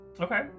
Okay